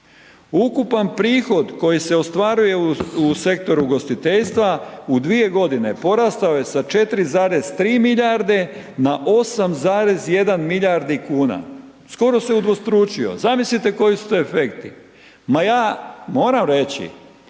ukupan prihod koji se ostvaruje u sektoru ugostiteljstva u dvije godine porastao je sa 4,3 milijarde na 8,1 milijardu kuna, skoro se udvostručio. Zamislite koji su to efekti. Ma ja, moram reći,